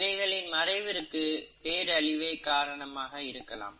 இவைகளின் மறைவிற்கு பேரழிவே காரணமாக இருக்கலாம்